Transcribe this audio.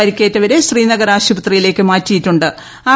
പരിക്കേറ്റവരെ ശ്രീനഗർ ആശുപത്രിയിലേക്ക് മാറ്റിയിട്ടു ്